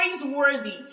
praiseworthy